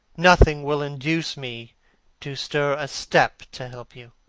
nothing will induce me to stir a step to help you.